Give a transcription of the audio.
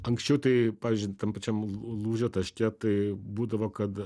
anksčiau tai pavyzdžiui tam pačiam lū lūžio taške tai būdavo kad